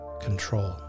control